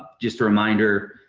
just a reminder,